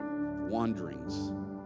wanderings